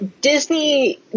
Disney